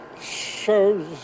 shows